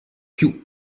più